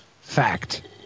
Fact